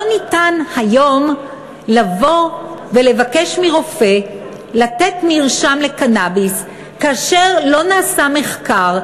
לא ניתן היום לבוא ולבקש מרופא לתת מרשם לקנאביס כאשר לא נעשה מחקר,